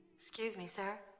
excuse me, sir.